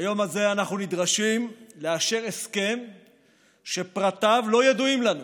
ביום הזה אנחנו נדרשים לאשר הסכם שפרטיו לא ידועים לנו,